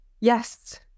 yes